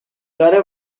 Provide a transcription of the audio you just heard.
داره